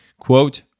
quote